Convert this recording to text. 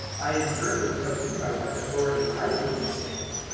i in turn will tell you by what authority i do these things.